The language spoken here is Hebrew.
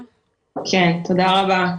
בבקשה.